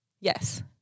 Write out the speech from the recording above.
Yes